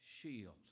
shield